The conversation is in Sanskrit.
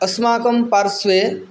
अस्माकं पार्श्वे